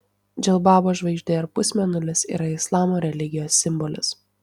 džilbabo žvaigždė ir pusmėnulis yra islamo religijos simbolis